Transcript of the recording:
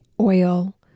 oil